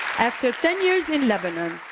after ten years in lebanon,